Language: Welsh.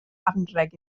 anrheg